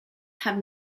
have